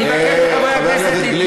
אני מבקש מחברי הכנסת, חבר הכנסת גליק.